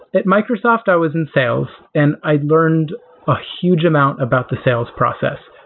at microsoft i was in sales, and i learned a huge amount about the sales process.